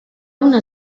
una